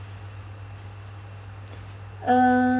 um